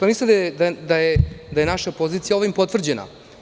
Mislim da je naša pozicija ovim potvrđena.